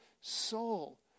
soul